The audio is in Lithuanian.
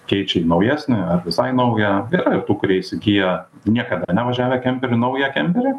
keičia į naujesnį ar visai naują yra ir tų kurie įsigyja niekada nevažiavę kemperiu naują kemperį